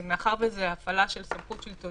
מאחר שהפיקוח על הבידוד זה הפעלה של סמכות שלטונית,